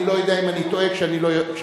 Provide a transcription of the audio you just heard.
אני לא יודע אם אני טועה כשאני יודע.